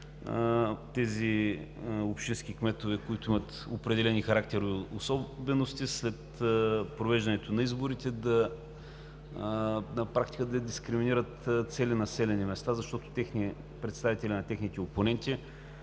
тези общински кметове, които имат определени харàктерни особености, след провеждането на изборите дискриминират цели населени места, защото представители на техните опоненти